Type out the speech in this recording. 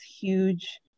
huge